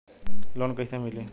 Loan कइसे मिलि?